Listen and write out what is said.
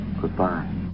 Goodbye